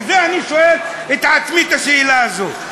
ואני שואל את עצמי את השאלה הזאת.